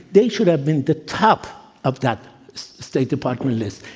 they should have been the top of that state department list.